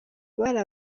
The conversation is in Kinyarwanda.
bari